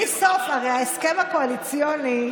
תודה רבה, חבר הכנסת מלכיאלי.